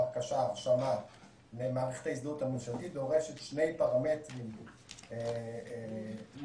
ההרשמה למערכת ההזדהות הממשלתית דורשת שני פרמטרים מוכמנים.